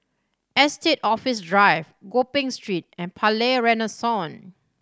Estate Office Drive Gopeng Street and Palais Renaissance